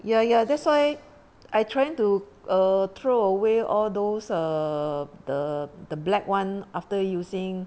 ya ya that's why I trying to err throw away all those err the the black [one] after using